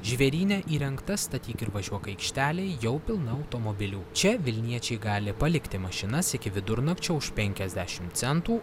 žvėryne įrengta statyk ir važiuok aikštelė jau pilna automobilių čia vilniečiai gali palikti mašinas iki vidurnakčio už penkiasdešimt centų